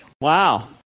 Wow